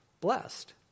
blessed